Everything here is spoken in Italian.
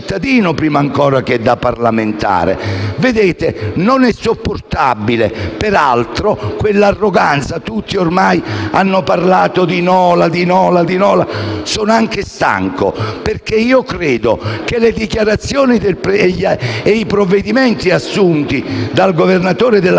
prima ancora che da parlamentare. Non è sopportabile, peraltro, quella arroganza. Tutti ormai hanno parlato di Nola. Ebbene, io sono anche stanco, perché le dichiarazioni e i provvedimenti assunti dal Governatore della